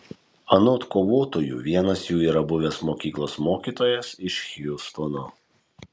anot kovotojų vienas jų yra buvęs mokyklos mokytojas iš hjustono